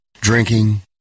Drinking